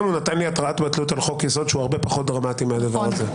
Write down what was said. הוא נתן לי התראת בטלות על חוק-יסוד שהוא הרבה פחות דרמטי מהדבר הזה.